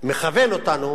מכוון אותנו